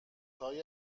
های